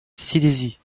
silésie